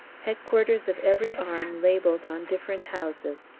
headquarters of every arm labelled on different houses,